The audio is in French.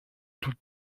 toutes